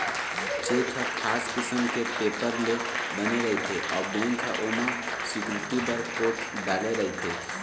cheque ह खास किसम के पेपर ले बने रहिथे अउ बेंक ह ओमा सिक्यूरिटी बर कोड डाले रहिथे